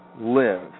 live